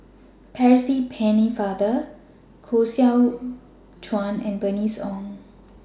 Percy Pennefather Koh Seow Chuan and Bernice Ong